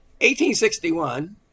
1861